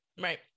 right